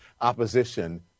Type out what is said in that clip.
opposition